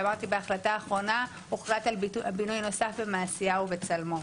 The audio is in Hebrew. ואמרתי שבהחלטה האחרונה הוחלט על בינוי נוסף במעשיהו וצלמון.